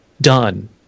done